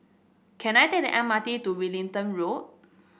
can I take the M R T to Wellington Road